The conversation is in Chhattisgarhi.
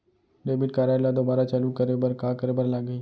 डेबिट कारड ला दोबारा चालू करे बर का करे बर लागही?